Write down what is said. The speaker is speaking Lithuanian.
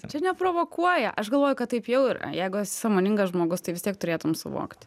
čia neprovokuoja aš galvoju kad taip jau yra jeigu sąmoningas žmogus tai vis tiek turėtum suvokt